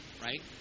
right